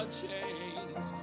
chains